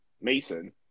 Mason